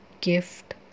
gift